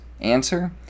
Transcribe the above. answer